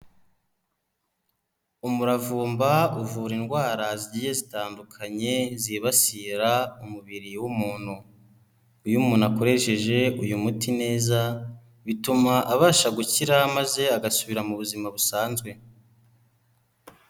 Umuravumba uvura indwara zigiye zitandukanye zibasira umubiri w'umuntu. Iyo umuntu akoresheje uyu muti neza, bituma abasha gukira maze agasubira mu buzima busanzwe.